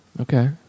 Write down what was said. Okay